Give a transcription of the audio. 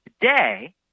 today